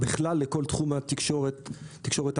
בכלל לכל תחום התקשורת ההמונים,